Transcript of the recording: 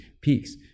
peaks